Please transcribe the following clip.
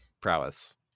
prowess